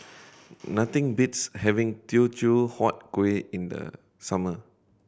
nothing beats having Teochew Huat Kuih in the summer